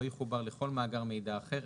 לא יחובר לכל מאגר מידע אחר,